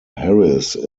harris